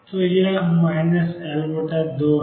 तो यह L2 है